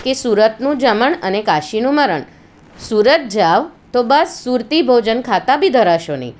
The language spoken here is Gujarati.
કે સુરતનું જમણ અને કાશીનું મરણ સુરત જાઓ તો બસ સુરતી ભોજન ખાતા બી ધરાશો નહીં